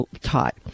taught